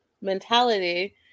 mentality